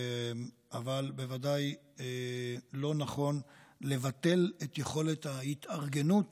אבל בוודאי לא נכון לבטל את יכולת ההתארגנות